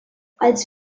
als